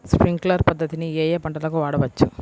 Sprinkler పద్ధతిని ఏ ఏ పంటలకు వాడవచ్చు?